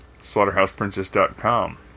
SlaughterhousePrincess.com